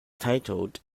tilted